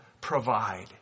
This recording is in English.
provide